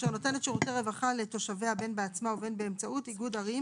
אשר נותנת שירותי רווחה לתושביה בין בעצמה ובין באמצעות איגוד ערים